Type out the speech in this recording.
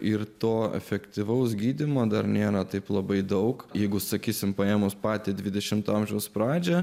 ir to efektyvaus gydymo dar nėra taip labai daug jeigu sakysime paėmus patį dvidešimto amžiaus pradžią